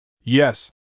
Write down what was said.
Yes